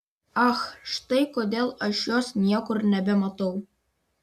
ach štai kodėl aš jos niekur nebematau